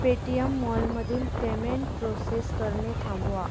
Paytm मॉलमधील payment process करणे थांबवा